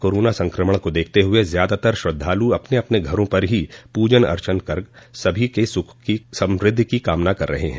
corona संकमण को देखते हुए ज्यादातर श्रद्धालु अपने अपने घरों पर ही पूजन अर्चन कर सभी के सुख समृद्धि की कामना कर रहे हैं